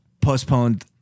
postponed